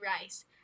rice